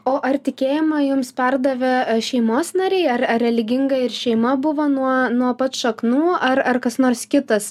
o ar tikėjimą jums perdavė šeimos nariai ar ar religinga ir šeima buvo nuo nuo pat šaknų ar ar kas nors kitas